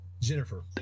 Jennifer